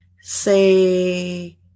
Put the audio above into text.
say